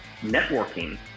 Networking